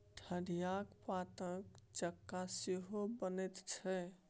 ठढियाक पातक चक्का सेहो बनैत छै